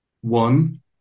One